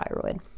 thyroid